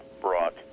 brought